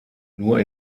nur